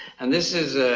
and this is